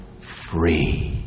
free